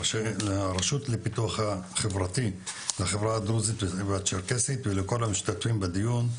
לרשות לפיתוח החברתי של החברה הדרוזית והצ'רקסית ולכל המשתתפים בדיון,